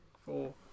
Four